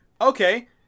okay